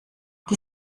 die